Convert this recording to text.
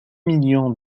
millions